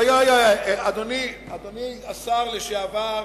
רגע, אדוני השר לשעבר.